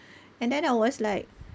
and then I was like